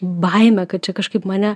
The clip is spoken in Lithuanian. baimę kad čia kažkaip mane